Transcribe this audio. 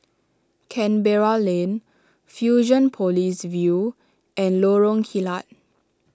Canberra Lane Fusionopolis View and Lorong Kilat